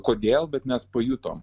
kodėl bet mes pajutom